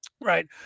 Right